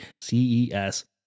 CES